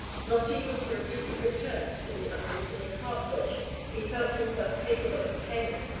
not even for a decent return to the unreasoning heart-worship he felt himself capable of paying,